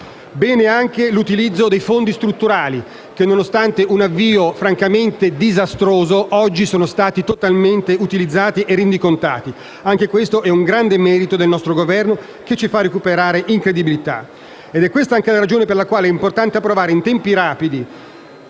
Bene anche l'utilizzo dei fondi strutturali, che, nonostante un avvio francamente disastroso, oggi sono stati totalmente utilizzati e rendicontati. Anche questo è un grande merito del nostro Governo, che ci fa recuperare in credibilità. È questa anche la ragione per la quale è importante approvare in tempi rapidi